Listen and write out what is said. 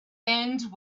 end